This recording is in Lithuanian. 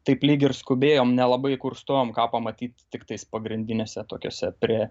taip lyg ir skubėjom nelabai kur stojom ką pamatyt tiktais pagrindiniuose tokiuose prie